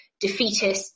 defeatists